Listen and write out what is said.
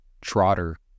Trotter